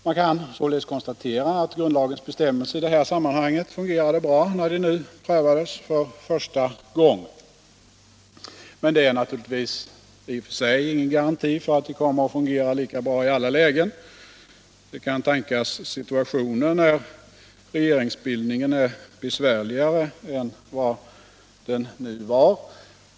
Man kan alltså konstatera att grundlagens bestämmelser i det här sammanhanget fungerade bra när de nu prövades för första gången, men detta är naturligtvis inte någon garanti för att de kommer att fungera lika bra i alla lägen. Det kan tänkas situationer när regeringsbildningen är besvärligare än vad den nu var.